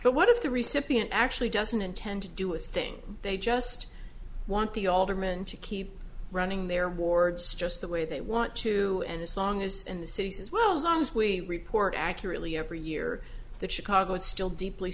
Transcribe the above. but what if the recipient actually doesn't intend to do a thing they just want the alderman to keep running their wards just the way they want to and as long as in the cities as well as long as we report accurately every year that chicago is still deeply